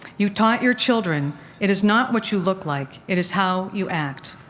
you taught your children it is not what you look like. it is how you act.